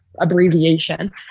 abbreviation